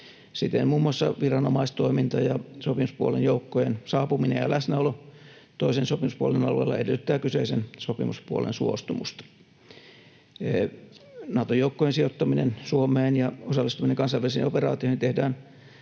Siten muun muassa viranomaistoiminta ja sopimuspuolen joukkojen saapuminen ja läsnäolo toisen sopimuspuolen alueella edellyttävät kyseisen sopimuspuolen suostumusta. Nato-joukkojen sijoittaminen Suomeen ja osallistuminen kansainvälisiin operaatioihin tehdään